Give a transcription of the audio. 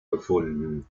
gefunden